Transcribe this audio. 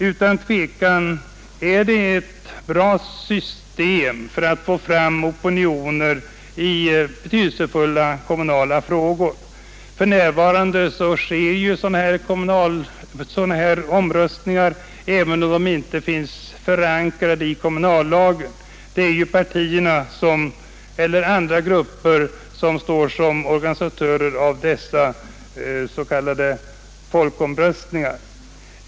Utan tvivel är det ett system för att få fram opinioner i betydelsefulla kommunala frågor. För närvarande sker sådana här omröstningar även fast de inte finns förankrade i kommunallagen. Det är partierna eller andra grupper som står som arrangörer av dessa s.k. folkomröstningar.